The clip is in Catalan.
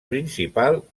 principal